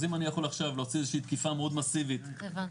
אז אם אני יכול עכשיו להוציא איזה תקיפה מאוד מסיבית ולרסס